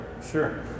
Sure